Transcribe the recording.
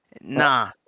nah